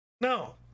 No